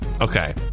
Okay